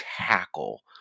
tackle